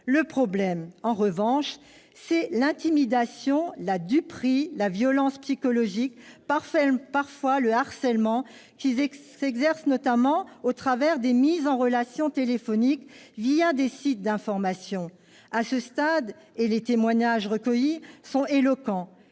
les problèmes, ce sont l'intimidation, la duperie, la violence psychologique, parfois le harcèlement qui s'exerce notamment au travers des mises en relation téléphonique des sites d'information. À ce stade- les témoignages recueillis sont éloquents